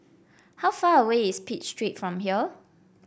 how far away is Pitt Street from here